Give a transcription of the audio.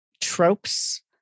tropes